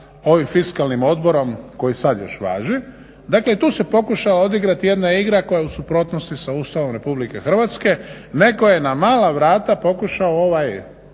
ovim fiskalnim odborom koji sad još važi. Dakle i tu se pokušala odigrati jedna igra koja je u suprotnosti sa Ustavom RH netko je na mala vrata pokušao ovaj